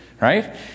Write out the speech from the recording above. Right